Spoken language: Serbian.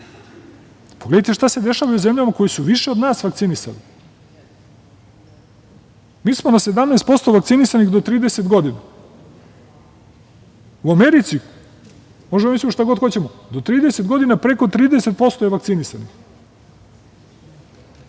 Pogledajte šta se dešava u zemljama koje su više od nas vakcinisali. Mi smo na 17% vakcinisanih do 30 godina. U Americi, možemo da mislimo šta god hoćemo, do 30 godina preko 30% je vakcinisanih. Krajnje